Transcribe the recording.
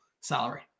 salary